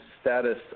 status